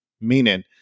Meaning